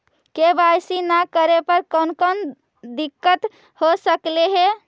KYC न करे पर कौन कौन दिक्कत हो सकले हे?